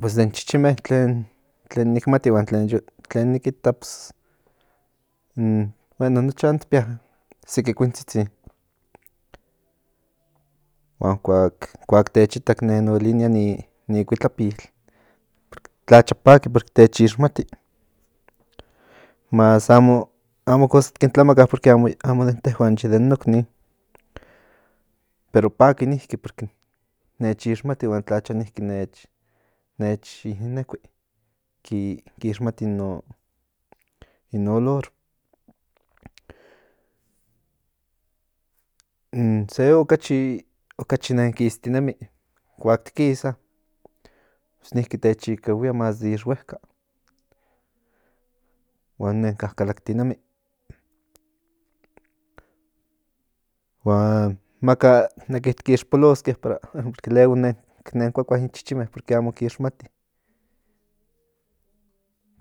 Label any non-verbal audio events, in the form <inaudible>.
Pues den chichinme tlen nik mati huan tlen yo niki kiitak in bueno in nochan tik pia seki kuintzitzin <noise> huan kuak tech ita nen olinia nin kuitlapil tlacha paki porque tech ixmati más amo cosa tkin tlamaka porque amo den tehuan ye den noknin pero paki niki porque nech ixmati huan tlacha niki nech i inekui kinixmati in no olor in se okachi nen kistinemi kuak tkisa niki tech ikahiia más de ixhueka huan nen kakalaktinemi huan maka neki tkin ixpoloske porque luego kuakua in chichikahui porque amo kixmati